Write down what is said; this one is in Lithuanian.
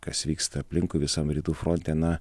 kas vyksta aplinkui visam rytų fronte na